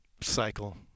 cycle